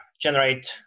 Generate